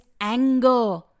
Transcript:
anger